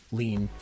lean